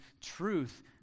truth